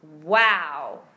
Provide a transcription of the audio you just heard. wow